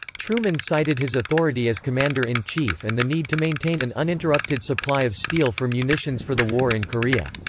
truman cited his authority as commander in chief and the need to maintain an uninterrupted supply of steel for munitions for the war in korea.